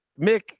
Mick